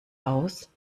aus